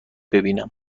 ببینم